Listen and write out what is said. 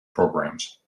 programs